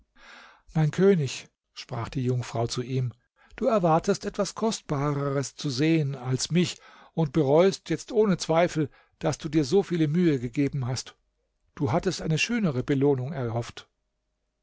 mein könig sprach die jungfrau zu ihm du erwartetest etwas kostbareres zu sehen als mich und bereust jetzt ohne zweifel daß du dir so viele mühe gegeben hast du hattest eine schönere belohnung gehofft